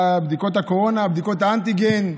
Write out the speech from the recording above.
בדיקות הקורונה, בדיקות האנטיגן,